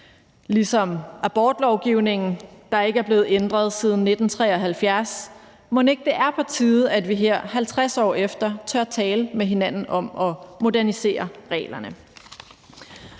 gælder abortlovgivningen, der ikke er blevet ændret siden 1973; mon ikke det er på tide, at vi her 50 år efter år tør tale med hinanden om at modernisere reglerne?